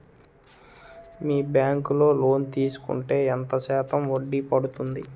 మీ bank లో loan తీసుకుంటే ఎంత శాతం వడ్డీ పడ్తుంది?